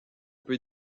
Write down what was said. peut